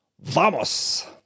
¡Vamos